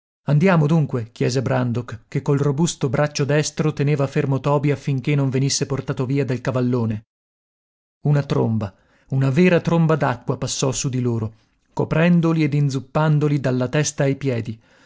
andiamo dunque chiese brandok che col robusto braccio destro teneva fermo toby affinché non venisse portato via dal cavallone una tromba una vera tromba d'acqua passò su di loro coprendoli ed inzuppandoli dalla testa ai piedi